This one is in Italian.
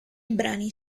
brani